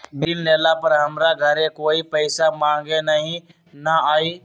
ऋण लेला पर हमरा घरे कोई पैसा मांगे नहीं न आई?